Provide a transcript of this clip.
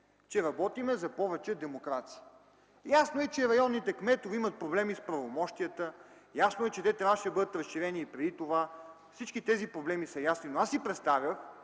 че работим за повече демокрация. Ясно е, че районните кметове имат проблеми с правомощията. Ясно е, че те трябваше да бъдат разширени и преди това. Всички тези проблеми са ясни, но аз си представях,